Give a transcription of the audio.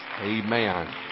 Amen